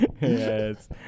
Yes